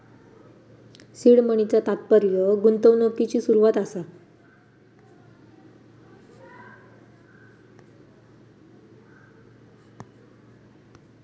seed मनीचा तात्पर्य गुंतवणुकिची सुरवात असा